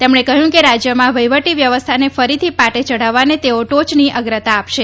તેમણે કહ્યું કે રાજ્યમાં વહીવટી વ્યવસ્થાને ફરીથી પાટે ચઢાવવાને તેઓ ટોચની અગ્રતા આપશે